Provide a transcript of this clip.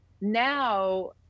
now